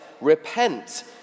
repent